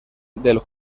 del